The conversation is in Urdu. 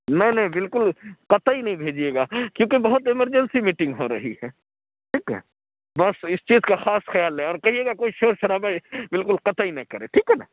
نہیں نہیں بالکل قطعی نہیں بھیجیے گا کیوں کہ بہت ایمرجینسی میٹنگ ہو رہی ہے ٹھیک ہے بس اِس چیز کا خاص خیال رہے اور کہیے گا کوئی شور شرابہ بالکل قطعی نہ کرے ٹھیک ہے نا